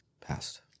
passed